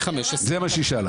זה מה שהיא שאלה.